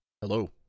hello